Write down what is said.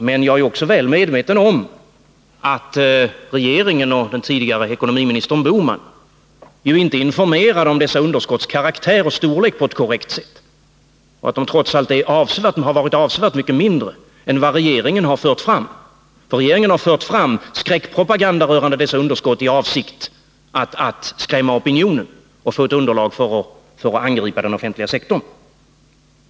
Men jag är också väl medveten om att regeringen och den tidigare ekonomiministern Bohman inte informerade om dessa underskotts karaktär och storlek på ett korrekt sätt och om att de trots allt varit avsevärt mindre än vad regeringen har fört fram. Regeringen har fört en skräckpropaganda rörande dessa underskott, i avsikt att skrämma opinionen och få ett underlag för att kunna angripa den offentliga sektorn.